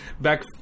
back